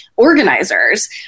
organizers